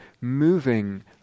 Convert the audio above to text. moving